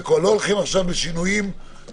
אני לא הולך להילחם על זה כי אני רוצה להעביר היום את הנושא.